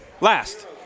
Last